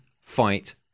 fight